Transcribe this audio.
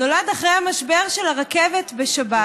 נולד אחרי המשבר של הרכבת בשבת,